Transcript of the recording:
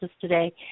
today